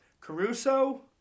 Caruso